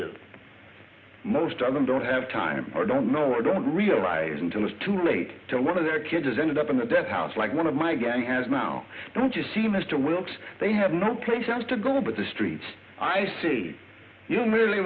parents most of them don't have time or don't know or don't realize until it's too late to one of their kids ended up in the dept house like one of my gang has now don't you see mr wilkes they have no place else to go but the streets i see you don't really